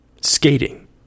skating